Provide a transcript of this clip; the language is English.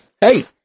Hey